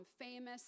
famous